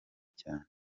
cyane